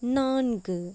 நான்கு